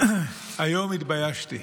היום התביישתי.